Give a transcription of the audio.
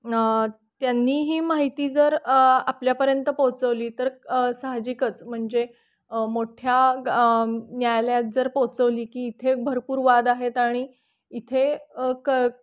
न त्यांनी ही माहिती जर आपल्यापर्यंत पोचवली तर साहजिकच म्हणजे मोठ्या ग न्यायालयात जर पोचवली की इथे भरपूर वाद आहेत आणि इथे क